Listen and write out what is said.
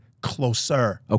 closer